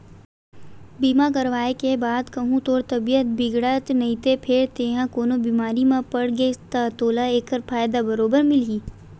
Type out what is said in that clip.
बीमा करवाय के बाद कहूँ तोर तबीयत बिगड़त नइते फेर तेंहा कोनो बेमारी म पड़ गेस ता तोला ऐकर फायदा बरोबर मिलही